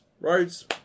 Roads